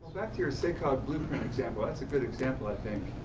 back to your sacog blueprint example, that's a good example i think.